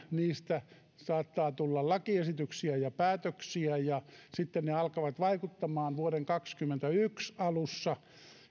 niistä saattaa tulla lakiesityksiä ja päätöksiä ensi syksynä ja sitten ne alkavat vaikuttamaan vuoden kaksikymmentäyksi alussa